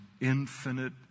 infinite